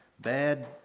Bad